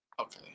Okay